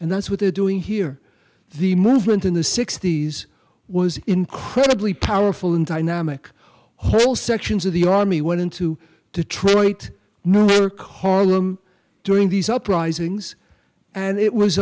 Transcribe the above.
and that's what they're doing here the movement in the sixty's was incredibly powerful and dynamic whole sections of the army went into detroit newark harlem during these uprisings and it was